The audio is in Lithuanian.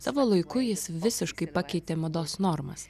savo laiku jis visiškai pakeitė mados normas